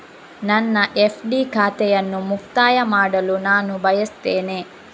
ನನ್ನ ಎಫ್.ಡಿ ಖಾತೆಯನ್ನು ಮುಕ್ತಾಯ ಮಾಡಲು ನಾನು ಬಯಸ್ತೆನೆ